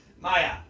Maya